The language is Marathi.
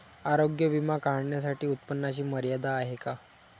आरोग्य विमा काढण्यासाठी उत्पन्नाची मर्यादा आहे का?